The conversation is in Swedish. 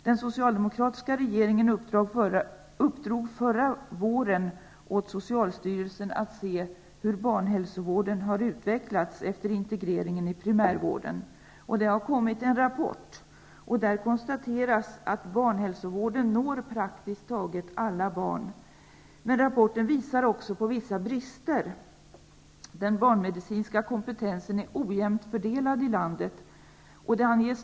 Den socialdemokratiska regeringen uppdrog förra våren åt socialstyrelsen att se över hur barnhälsovården har utvecklats efter integreringen i primärvården. Det har kommit en rapport. Där konstateras att barnhälsovården når praktiskt taget alla barn. Men rapporten visar också på vissa brister. Den barnmedicinska kompetensen är ojämnt fördelad i landet.